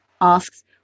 asks